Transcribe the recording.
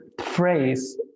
phrase